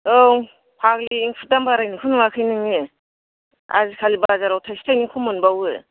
औ फाग्लि एंखुरनि दाम बारायनायखौ नुवाखै नोङो आजिखालि बाजाराव थाइसे थाइनैखौ मोनबावो